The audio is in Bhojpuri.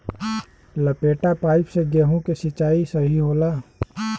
लपेटा पाइप से गेहूँ के सिचाई सही होला?